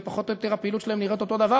ופחות או יותר הפעילות שלהם נראית אותו דבר